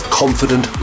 confident